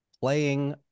playing